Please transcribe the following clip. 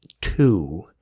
two